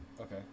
okay